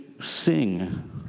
sing